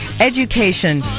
education